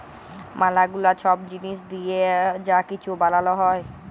ম্যালা গুলা ছব জিলিস দিঁয়ে যা কিছু বালাল হ্যয়